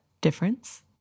difference